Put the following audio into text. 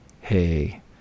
hey